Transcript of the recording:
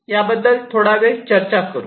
याबद्दल थोडावेळ चर्चा करू